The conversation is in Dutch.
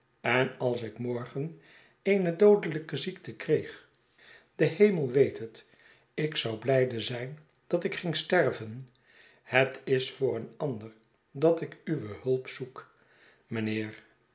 en als ik morgen eene doodelijke ziekte kreeg de hemel weet het ik zou blijde zijn dat ik ging sterven het is voor een ander dat ik uwe hulp zoek mijnheer